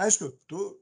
aišku tu